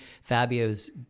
Fabio's